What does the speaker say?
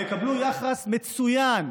הם יקבלו יחס מצוין.